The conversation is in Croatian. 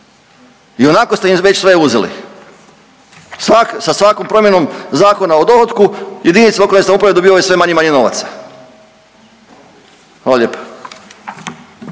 I onako ste im već sve uzeli. Svaka, sa svakom promjenom Zakona o dohotku jedinice lokalne samouprave dobivaju sve manje i manje novaca. Hvala lijepo.